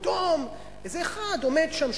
פתאום איזה אחד עומד שם,